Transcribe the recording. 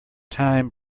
time